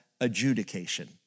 adjudication